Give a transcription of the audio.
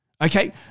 Okay